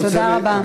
תודה רבה.